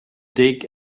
dig